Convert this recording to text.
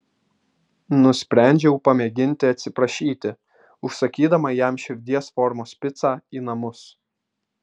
nusprendžiau pamėginti atsiprašyti užsakydama jam širdies formos picą į namus